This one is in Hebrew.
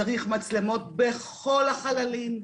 צריך מצלמות בכל החללים.